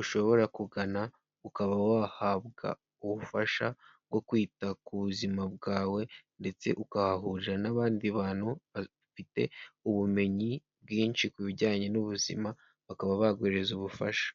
ushobora kugana ukaba wahabwa ubufasha bwo kwita ku buzima bwawe ndetse ukahahurira n'abandi bantu bafite ubumenyi bwinshi ku bijyanye n'ubuzima, bakaba baguhereza ubufasha.